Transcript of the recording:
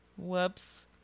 whoops